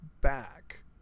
back